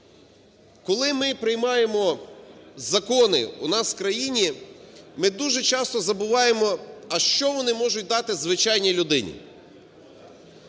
Коли ми приймаємо закони у нас в країні, ми дуже часто забуваємо, а що вони можуть дати звичайній людині.